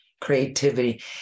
creativity